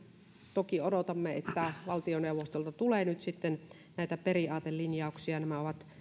toki odotamme että valtioneuvostolta tulee nyt sitten näitä periaatelinjauksia nämä ovat